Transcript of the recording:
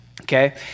okay